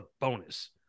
bonus